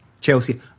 Chelsea